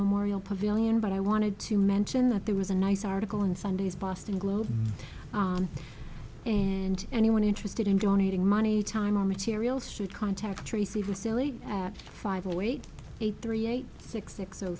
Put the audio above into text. memorial pavilion but i wanted to mention that there was a nice article in sunday's boston globe and anyone interested in donating money time or materials should contact tracey vassily at five or wait eight three eight six six